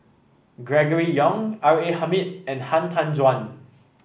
Gregory Yong R A Hamid and Han Tan Juan